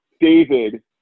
David